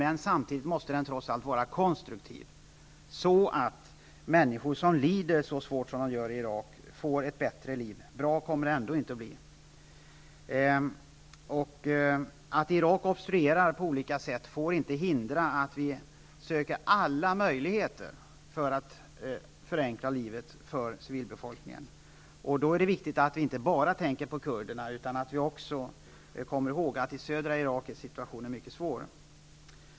Men samtidigt måste den trots allt vara konstruktiv, så att människorna i Irak som lider så svårt får ett bättre liv -- men bra kommer det inte att bli. Att Irak obstruerar på olika sätt får inte hindra att vi söker alla möjligheter för att göra livet enklare för civilbefolkningen. Då är det viktigt att vi inte bara tänker på kurderna. Vi måste också komma ihåg att situationen i södra Irak är mycket svår.